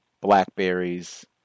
blackberries